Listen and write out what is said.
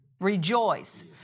Rejoice